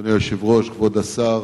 אדוני היושב-ראש, כבוד השר,